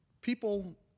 People